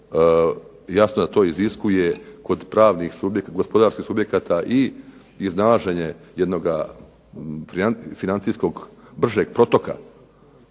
jasno da to iziskuje kod pravnih subjekata, gospodarskih subjekata i iznalaženje jednoga financijskog bržeg protoka,